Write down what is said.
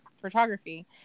photography